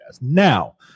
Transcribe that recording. now